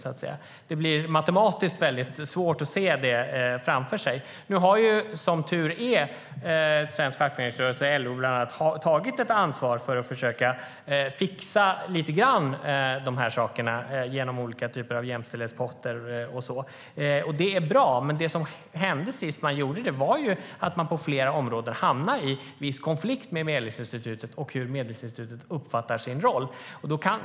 Det blir matematiskt väldigt svårt att se det framför sig. Nu har som tur är svensk fackföreningsrörelse, bland annat LO, tagit ett ansvar för att försöka fixa de här sakerna lite grann, genom olika typer av jämställdhetspotter och så vidare. Det är bra, men sist man gjorde det hamnade man på flera områden i viss konflikt med Medlingsinstitutet och om hur Medlingsinstitutet uppfattar sin roll.